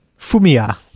Fumia